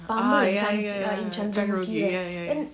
ah ya ya ya chandramukhi ya ya